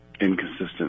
inconsistent